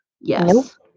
Yes